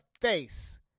face